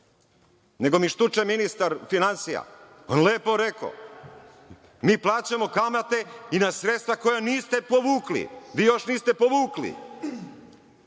Nego mi štuče ministar finansija. On je lepo rekao, mi plaćamo kamate i na sredstva koja niste povukli. Vi još niste povukli.